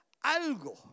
algo